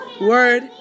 word